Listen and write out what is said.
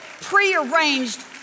prearranged